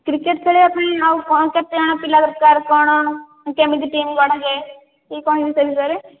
cricket ଖେଳିବା ପାଇଁ ଆଉ କେତେଜଣ ପିଲା ଦରକାର କ'ଣ କେମିତି ଟିମ୍ ଗଢ଼ାଯାଏ ଟିକିଏ କହିବେ ସେ ବିଷୟରେ